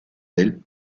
del